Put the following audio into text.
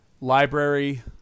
library